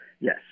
Yes